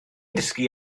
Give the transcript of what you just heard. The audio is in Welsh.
dysgu